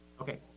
okay